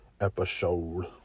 Episode